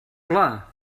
clar